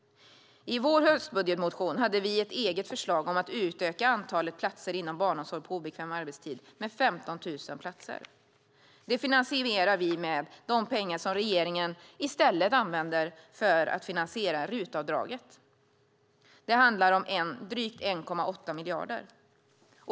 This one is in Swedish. I vår höstbudgetmotion hade vi ett eget förslag om att utöka antalet platser inom barnomsorg på obekväm arbetstid med 15 000 platser. Det finansierar vi med de pengar regeringen i stället använder för att finansiera RUT-avdraget. Det handlar om drygt 1,8 miljarder.